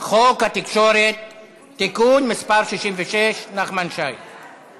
חוק התקשורת (בזק ושידורים) (תיקון מס' 66) (שדורי